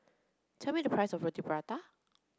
tell me the price of Roti Prata